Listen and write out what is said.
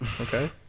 Okay